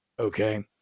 Okay